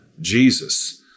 Jesus